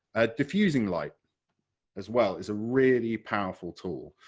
a diffusing light as well is a really powerful tool.